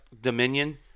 Dominion